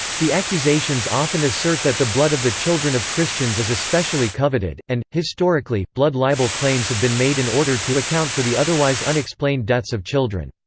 the accusations often assert that the blood of the children of christians is especially coveted, and, historically, blood libel claims have been made in order to account for the otherwise unexplained deaths of children.